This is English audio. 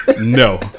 No